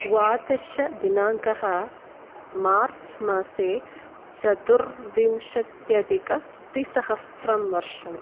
द्वादशदिनाङ्कः मार्च् मासे चतुर्विंशत्यधिकद्विसहस्रं वर्षम्